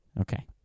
okay